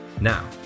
Now